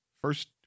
first